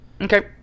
Okay